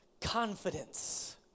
confidence